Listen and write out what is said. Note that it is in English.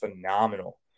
phenomenal